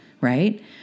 right